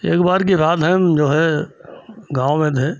एक बार की बात है हम जो है गाँव में थे